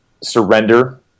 surrender